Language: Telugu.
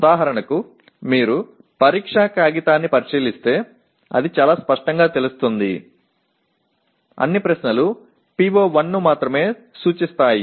ఉదాహరణకు మీరు పరీక్షా కాగితాన్ని పరిశీలిస్తే అది చాలా స్పష్టంగా తెలుస్తుంది అన్ని ప్రశ్నలు PO1 ను మాత్రమే సూచిస్తాయి